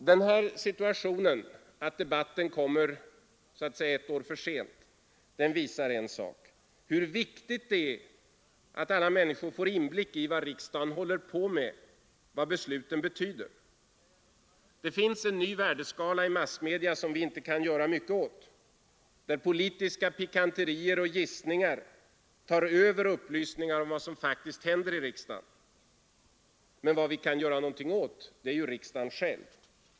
Den här situationen att debatten kommer så att säga ett år för sent visar en sak: hur viktigt det är att människorna får inblick i vad riksdagen håller på med, vad besluten betyder. Det finns en ny värdeskala i massmedia som vi inte kan göra mycket åt, där politiska pikanterier och gissningar tar över upplysningar om vad som faktiskt händer i riksdagen. Men vad vi kan göra någonting åt är riksdagen själv.